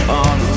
on